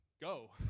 go